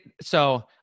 so-